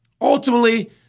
ultimately